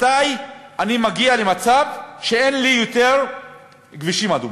מתי אני מגיע למצב שאין לי יותר כבישים אדומים,